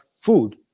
food